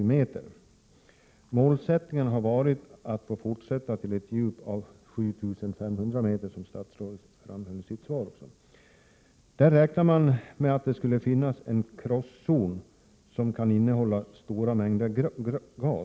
Som statsrådet framhöll i sitt svar har målet varit att fortsätta borrningen till ett djup av 7 500 m. På det djupet räknar man med att det finns en krosszon, som kan innehålla stora mängder gas.